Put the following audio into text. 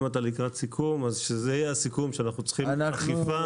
אם אתה לקראת סיכום אז שזה יהיה סיכום שאנחנו צריכים אכיפה,